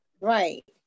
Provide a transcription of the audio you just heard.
Right